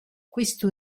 questo